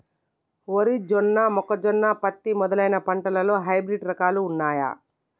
వరి జొన్న మొక్కజొన్న పత్తి మొదలైన పంటలలో హైబ్రిడ్ రకాలు ఉన్నయా?